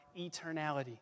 eternality